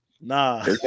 Nah